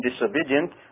disobedient